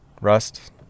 Rust